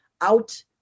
out